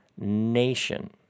nation